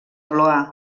blois